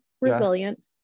resilient